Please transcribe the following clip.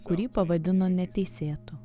kurį pavadino neteisėtu